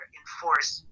enforce